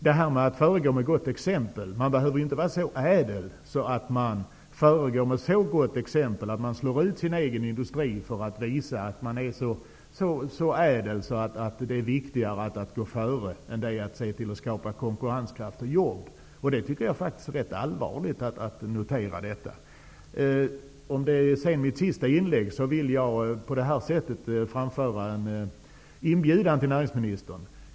Vad gäller att föregå med gott exempel behöver man inte vara så ädel att man för att göra detta slår ut sin egen industri, hellre än att skapa konkurrenskraft och jobb. Det är faktiskt rätt allvarligt att kunna notera denna inriktning. För den händelse att detta blir mitt sista inlägg vill jag nu framföra en inbjudan till näringsministern.